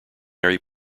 mary